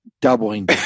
doubling